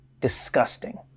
disgusting